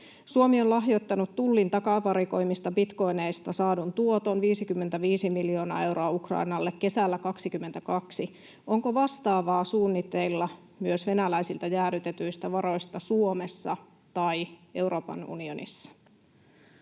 Suomi on lahjoittanut Tullin takavarikoimista bitcoineista saadun tuoton, 55 miljoonaa euroa, Ukrainalle kesällä 22. Onko vastaavaa suunnitteilla myös venäläisiltä jäädytetyistä varoista Suomessa tai Euroopan unionissa?